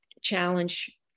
challenge